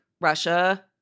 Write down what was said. Russia